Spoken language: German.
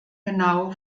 genau